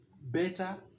better